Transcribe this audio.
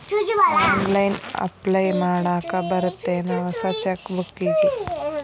online apply ಮಾಡಾಕ್ ಬರತ್ತೇನ್ ಹೊಸ ಚೆಕ್ ಬುಕ್ಕಿಗಿ